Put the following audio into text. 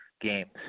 games